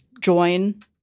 join